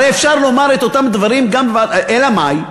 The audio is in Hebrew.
הרי אפשר לומר את אותם דברים גם, אלא מאי?